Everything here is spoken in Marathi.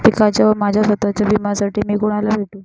पिकाच्या व माझ्या स्वत:च्या विम्यासाठी मी कुणाला भेटू?